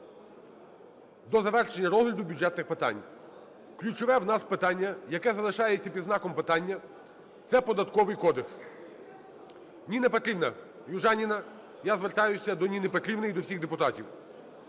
До завершення розгляду бюджетних питань. Ключове у нас питання, яке залишається під знаком питання, – це Податковий кодекс. Ніна Петрівна Южаніна, я звертаюся до Ніни Петрівни і до всіх депутатів.